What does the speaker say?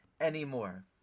anymore